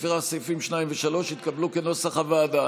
לפיכך, סעיפים 2 ו-3 התקבלו כנוסח הוועדה.